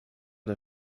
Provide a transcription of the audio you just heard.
der